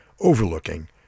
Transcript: overlooking